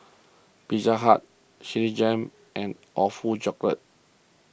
Pizza Hut Citigem and Awfully Chocolate